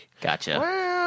Gotcha